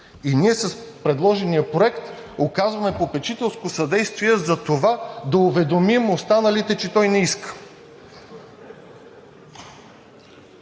Ние с предложения проект оказваме попечителско съдействие за това да уведомим останалите, че той не иска.